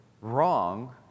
wrong